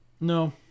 No